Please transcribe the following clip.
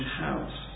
house